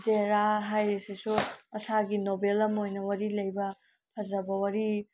ꯖꯍꯦꯔꯥ ꯍꯥꯏꯔꯤꯁꯤꯁꯨ ꯃꯁꯥꯒꯤ ꯅꯣꯕꯦꯜ ꯑꯃ ꯑꯣꯏꯅ ꯋꯥꯔꯤ ꯂꯩꯕ ꯐꯖꯕ ꯋꯥꯔꯤ